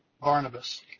Barnabas